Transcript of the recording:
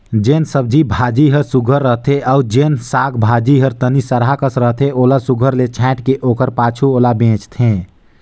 जेन सब्जी भाजी हर सुग्घर रहथे अउ जेन साग भाजी हर तनि सरहा कस रहथे ओला सुघर ले छांएट के ओकर पाछू ओला बेंचथें